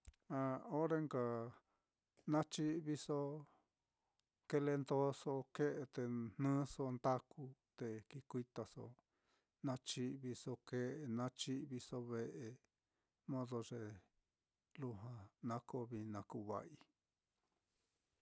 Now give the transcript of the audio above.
Ah ore nka na chi'viso, kile ndóso ke'e te jnɨso ndakute kikuitaso na chi'viso ke'e, na chi'viso ve'e, modo ye lujua na koo vií na kuu va'ai.